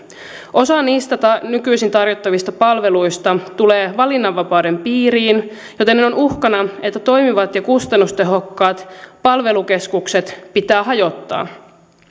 osa niissä nykyisin tarjottavista palveluista tulee valinnanvapauden piiriin joten on uhkana että toimivat ja kustannustehokkaat palvelukeskukset pitää hajottaa